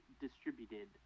distributed